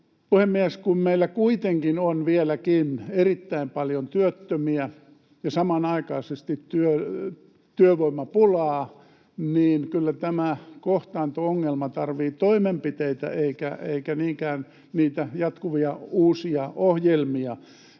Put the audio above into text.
puhemies! Kun meillä kuitenkin on vieläkin erittäin paljon työttömiä ja samanaikaisesti työvoimapulaa, niin kyllä tämä kohtaanto-ongelma tarvitsee toimenpiteitä eikä niinkään niitä jatkuvia uusia ohjelmia,